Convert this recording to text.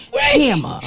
hammer